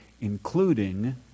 including